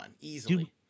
easily